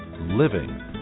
living